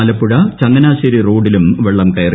ആലപ്പുഴ ചങ്ങനാശ്ശേരി റോഡിലും വെള്ളം കയറി